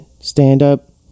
stand-up